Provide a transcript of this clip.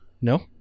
No